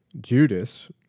Judas